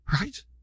right